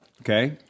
okay